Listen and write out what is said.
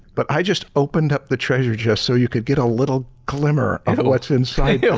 but i just opened up the treasure chest so you could get a little glimmer of what's inside yeah